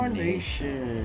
nation